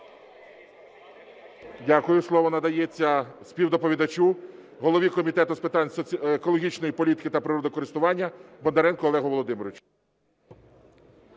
Дякую. Слово надається співдоповідачу – голові Комітету з питань екологічної політики та природокористування Бондаренку Олегу Володимировичу.